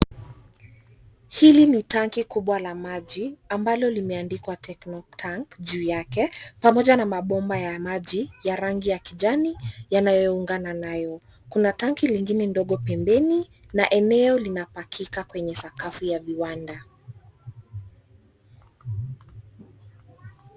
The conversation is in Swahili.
Hili ni tangi kubwa la maji ambalo limeandikwa, Techno tank, juu yake pamoja na mabomba ya maji ya rangi ya kijani yanayoungana nayo. Kuna tangi lingine ndogo pembeni na eneo linapakika kwenye sakafu ya viwanda.